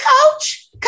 coach